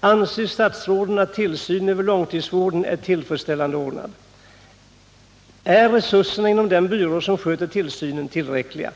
Anser statsrådet att tillsynen när det gäller långtidsvården är tillfredsställande ordnad? 2. Är resurserna inom den byrå som sköter tillsynen tillräckliga? 3.